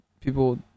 people